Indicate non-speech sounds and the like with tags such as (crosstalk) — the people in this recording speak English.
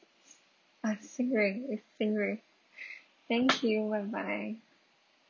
uh xing rei it's xing rei (breath) thank you bye bye